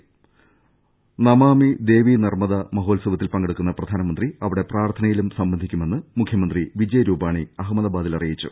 നമാമിദേവി നർമ്മദാ മഹോത്സവത്തിൽ പങ്കെടുക്കുന്ന പ്രധാനമന്ത്രി അവിടെ പ്രാർത്ഥനയിലും സംബന്ധിക്കുമെന്ന് മുഖ്യമന്ത്രി വിജയ് രൂപാണി അഹമ്മദാബാദിൽ അറിയിച്ചു